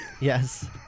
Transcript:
Yes